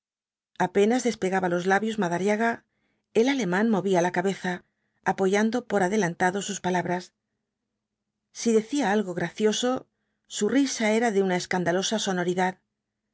apenas despegaba los labios madariaga el alemán movía la cabeza apoyando por adelantado sus palabras si decía algo gracioso su risa era de una escandalosa sonoridad con